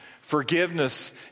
forgiveness